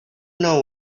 know